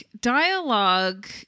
dialogue